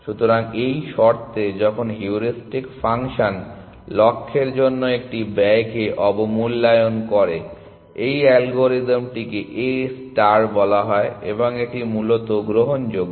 সুতরাং এই শর্তে যখন হিউরিস্টিক ফাংশন লক্ষ্যের জন্য একটি ব্যয়কে অবমূল্যায়ন করে এই অ্যালগরিদমটিকে A ষ্টার বলা হয় এবং এটি মূলত গ্রহণযোগ্য